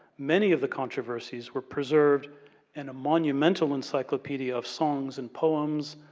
many of the controversies were preserved in a monumental encyclopedia of songs and poems,